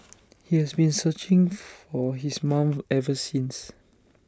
he has been searching for his mom ever since